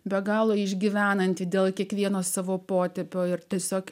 be galo išgyvenanti dėl kiekvieno savo potėpio ir tiesiog